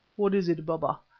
what is it, baba?